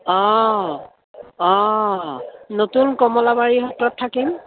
অঁ অঁ নতুন কমলাবাৰী সত্ৰত থাকিম